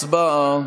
הצבעה.